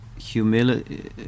humility